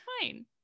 fine